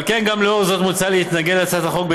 על כן, גם לאור זאת מוצע להתנגד להצעת החוק.